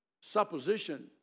supposition